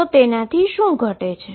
તો તેનાથી શું ઘટે છે